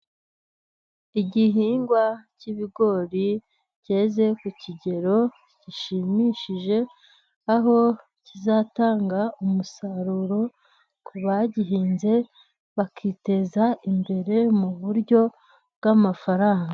Igihingwa cy'ibigori cyeze ku kigero gishimishije, aho kizatanga umusaruro ku bagihinze bakiteza imbere mu buryo bw'amafaranga.